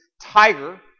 tiger